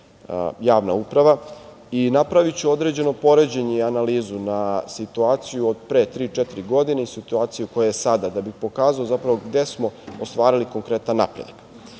javna uprava. Napraviću određeno poređenje i analizu na situaciju od pre tri-četiri godine i situaciju koja je sada, da bih pokazao zapravo gde smo ostvarili konkretan